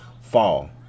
fall